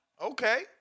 Okay